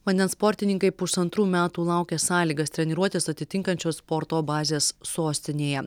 vandens sportininkai pusantrų metų laukė sąlygas treniruotis atitinkančios sporto bazės sostinėje